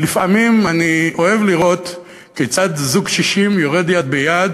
לפעמים אני אוהב לראות כיצד זוג קשישים יורד יד ביד